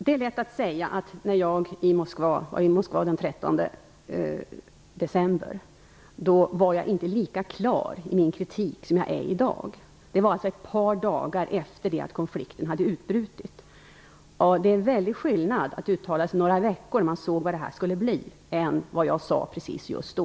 Det är lätt att säga att den 13 december, när jag var i Moskva, var jag inte lika klar i min kritik som jag är i dag. Det var alltså ett par dagar efter det att konflikten utbrutit. Det är en väldig skillnad att uttala sig några veckor senare, när man sett vad det här skulle bli, än precis just då.